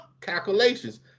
calculations